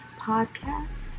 Podcast